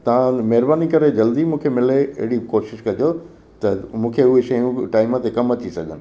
तव्हां महिरबानी करे जल्दी मूंखे मिले अहिड़ी कोशिश कजो त मूंखे उहे शयूं बि टाइम ते कमु अची सघनि